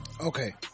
okay